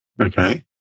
Okay